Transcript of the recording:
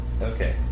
Okay